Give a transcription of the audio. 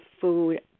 food